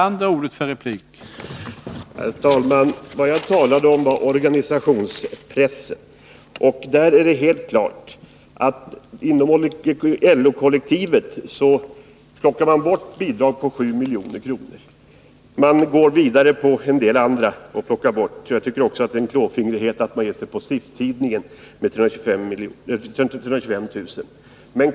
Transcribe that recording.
Herr talman! Det jag talade om var organisationspressen. När det gäller den är det helt klart att regeringen nu plockar bort bidrag på 7 milj.kr. från LO-kollektivet. Även en del tidskrifter utanför detta drabbas — jag tycker t.ex. att det är en klåfingrighet att man ger sig på SIF-tidningen och tar bort 325 000 kr.